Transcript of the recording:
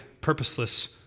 purposeless